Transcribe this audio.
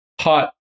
hot